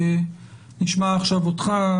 נשמע עכשיו אותך,